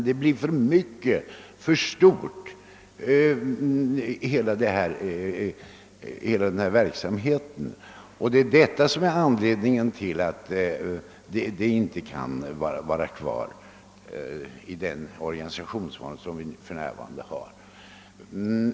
Hela verksamheten har helt enkelt blivit för stor för att kunna bibehållas inom den organisation vi för närvarande har.